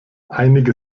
einige